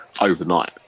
overnight